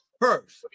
first